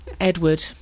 Edward